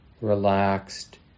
relaxed